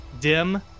dim